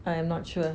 I'm not sure